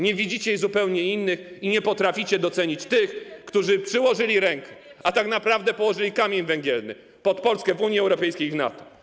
Nie widzicie zupełnie innych i nie potraficie docenić tych, którzy przyłożyli rękę, a tak naprawdę położyli kamień węgielny pod Polskę w Unii Europejskiej i w NATO.